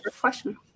question